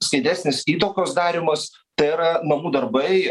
skaidresnis įtakos darymas tai yra namų darbai